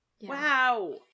Wow